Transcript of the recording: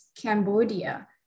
Cambodia